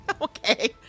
Okay